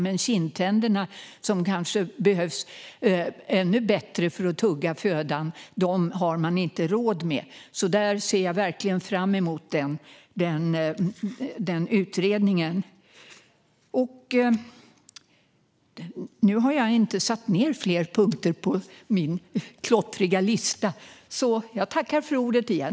Men kindtänderna, som kanske behövs ännu bättre för att tugga födan, har man inte råd med. Där ser jag verkligen fram mot utredningen.